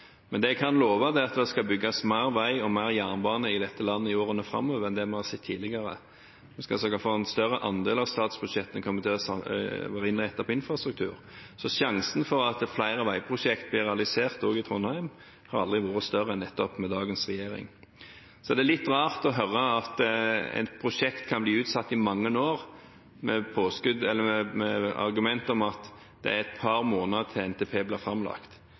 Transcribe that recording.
Men det jeg kan love, er at det skal bygges mer vei og mer jernbane i dette landet i årene framover enn det vi har sett tidligere. Vi skal sørge for at en større andel av statsbudsjettene blir innrettet mot infrastruktur. Så sjansen for at flere veiprosjekter blir realisert også i Trondheim, har aldri vært større enn nettopp med dagens regjering. Så er det litt rart å høre at et prosjekt kan bli utsatt i mange år, med det argumentet at det er et par måneder til NTP blir framlagt.